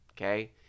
okay